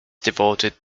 devoted